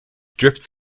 drifts